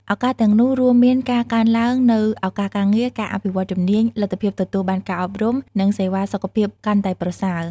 ឱកាសទាំងនោះរួមមានការកើនឡើងនូវឱកាសការងារ ការអភិវឌ្ឍជំនាញ លទ្ធភាពទទួលបានការអប់រំ និងសេវាសុខភាពកាន់តែប្រសើរ។